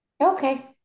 okay